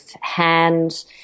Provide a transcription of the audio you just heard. hand